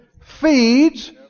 feeds